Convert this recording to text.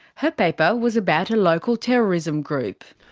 her paper was about a local terrorism group.